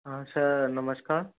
हाँ सर नमस्कार